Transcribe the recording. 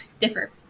differ